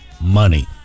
money